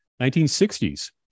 1960s